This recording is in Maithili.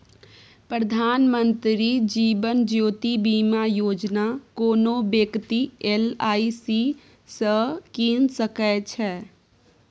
प्रधानमंत्री जीबन ज्योती बीमा योजना कोनो बेकती एल.आइ.सी सँ कीन सकै छै